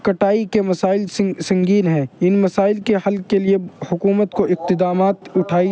کٹائی کے مسائل سنگین ہے ان مسائل کے حل کے لیے حکومت کو اقتدامات اٹھائی